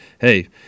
hey